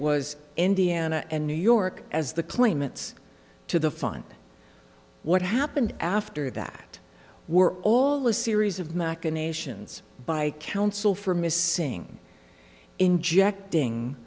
was indiana and new york as the claimants to the fine what happened after that were all a series of machinations by counsel for missing injecting